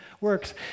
works